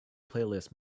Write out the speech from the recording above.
playlist